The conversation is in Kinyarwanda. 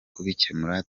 kubikemura